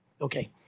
Okay